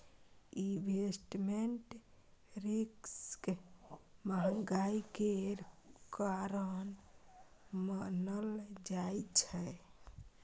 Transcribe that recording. investment risk महंगाई केर कारण मानल जाइ छै